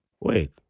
wait